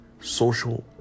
social